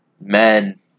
men